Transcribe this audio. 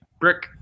Brick